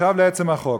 לעצם החוק,